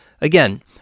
again